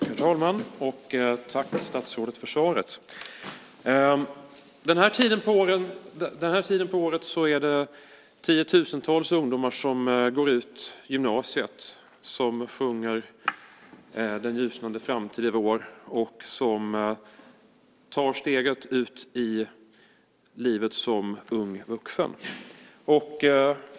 Herr talman! Jag vill tacka statsrådet för svaret. Den här tiden på året går tiotusentals ungdomar ut gymnasiet, sjunger "Den ljusnande framtid är vår" och tar steget ut i livet som unga vuxna.